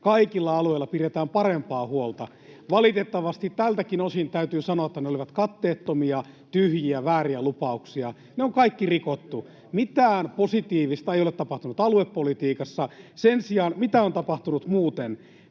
kaikilla alueilla pidetään parempaa huolta. Valitettavasti tältäkin osin täytyy sanoa, että ne olivat katteettomia, tyhjiä, vääriä lupauksia. Ne on kaikki rikottu. [Juho Eerola: Teidän lupaus oli se tyhjä paperi!] Mitään positiivista ei ole tapahtunut aluepolitiikassa. Sen sijaan, mitä on tapahtunut muuten?